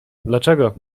dlaczego